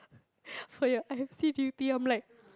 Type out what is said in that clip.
for your I_C duty I'm like